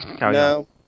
No